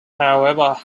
however